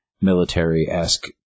military-esque